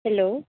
hello